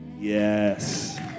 Yes